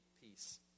peace